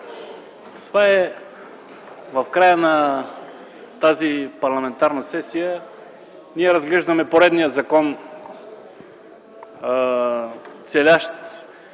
В края на тази парламентарна сесия ние разглеждаме поредния закон, целящ